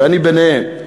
ואני ביניהם,